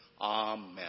Amen